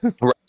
Right